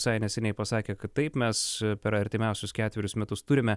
visai neseniai pasakė kad taip mes per artimiausius ketverius metus turime